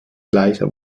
gleicher